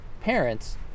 parents